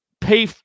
pay